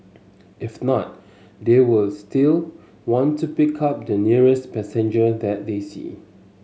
if not they will still want to pick up the nearest passenger that they see